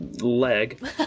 leg